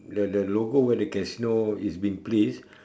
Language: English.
the the logo where the casino is being placed